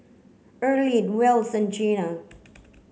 Erlene Wells and Gina